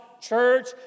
church